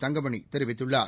தங்கமணி தெரிவித்துள்ளார்